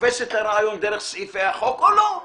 תופס את הרעיון דרך סעיפי החוק או לא,